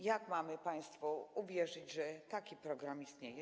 Jak mamy państwu uwierzyć, że taki program istnieje?